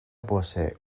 posee